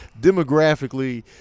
demographically